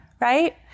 Right